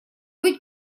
быть